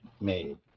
made